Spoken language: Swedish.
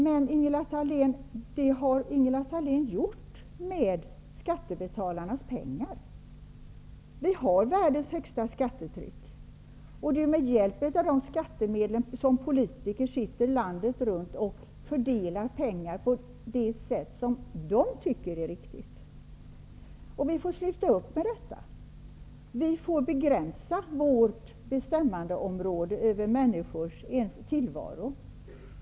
Det har ju Ingela Thalén gjort med skattebetalarnas pengar. Vi har världens högsta skattetryck. Det är med hjälp av de skattemedlen som politiker landet runt sitter och fördelar pengar på det sätt som de tycker är riktigt. Det måste vara slut med det. Vi måste begränsa vårt bestämmande över människors tillvaro.